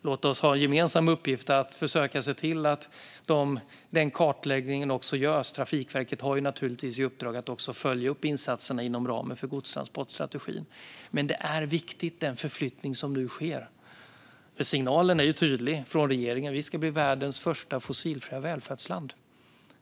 Låt oss ha som gemensam uppgift att försöka se till att den kartläggningen också görs. Trafikverket har naturligtvis i uppdrag att också följa upp insatserna inom ramen för godstransportstrategin. Den förflyttning som nu sker är viktig. Signalen är tydlig från regeringen: Vi ska bli världens första fossilfria välfärdsland.